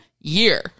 year